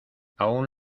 aún